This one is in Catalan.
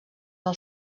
del